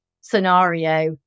scenario